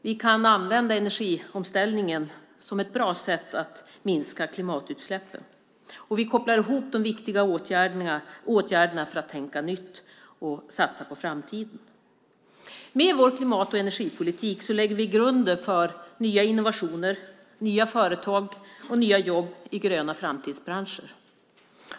Vi kan använda energiomställningen som ett bra sätt att minska klimatutsläppen, och vi kopplar ihop de viktiga åtgärderna för att tänka nytt och satsa på framtiden. Med vår klimat och energipolitik lägger vi grunden för nya innovationer, nya företag och nya jobb i gröna framtidsbranscher.